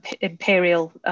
imperial